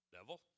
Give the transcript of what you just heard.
Devil